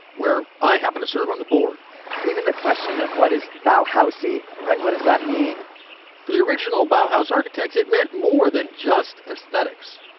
where i happen to serve on the board even the question of what is bao housea right? what does that mean for the original bolthouse architects, it meant more than just aesthetics.